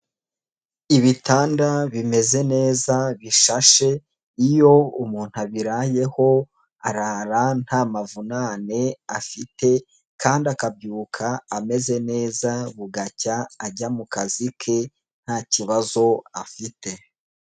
Ibitanda bimeze neza bishashe, iyo umuntu abirayeho arara nta mavunane afite kandi akabyuka ameze neza, bugacya ajya mu kazi ke nta kibazo afite.